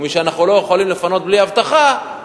ומשאנחנו לא יכולים לפנות בלי אבטחה,